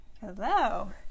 hello